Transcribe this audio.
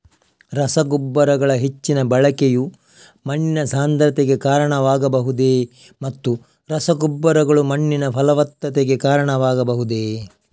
ರಸಗೊಬ್ಬರಗಳ ಹೆಚ್ಚಿನ ಬಳಕೆಯು ಮಣ್ಣಿನ ಸಾಂದ್ರತೆಗೆ ಕಾರಣವಾಗಬಹುದೇ ಮತ್ತು ರಸಗೊಬ್ಬರಗಳು ಮಣ್ಣಿನ ಫಲವತ್ತತೆಗೆ ಕಾರಣವಾಗಬಹುದೇ?